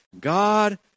god